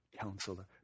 counselor